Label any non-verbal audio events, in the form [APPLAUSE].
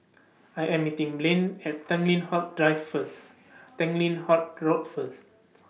[NOISE] I Am meeting Blane At Tanglin Halt Drive First Tanglin Halt Road First